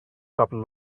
couple